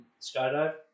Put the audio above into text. skydive